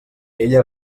ella